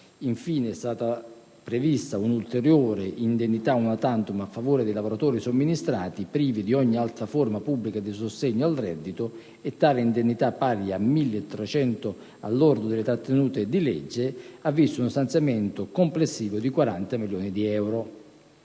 Infine, è stata prevista un'ulteriore indennità *una tantum* a favore dei lavoratori somministrati, privi di ogni altra forma pubblica di sostegno al reddito, e tale indennità, pari a 1.300 euro, al lordo delle trattenute di legge, ha visto uno stanziamento complessivo di 40 milioni di euro.